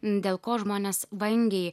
dėl ko žmonės vangiai